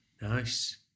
Nice